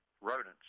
rodents